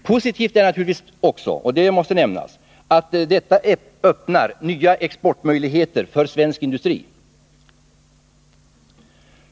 Positivt är dock att det öppnar nya exportmöjligheter för svensk industri.